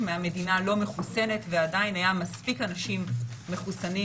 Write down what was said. מהמדינה לא מחוסן ועדיין היו מספיק אנשים מחוסנים,